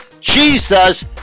Jesus